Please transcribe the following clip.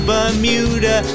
Bermuda